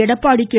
Edappadi K